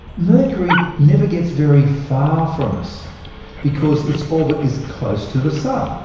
mercury never gets very far from us because its orbit is close to the sun.